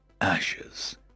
ashes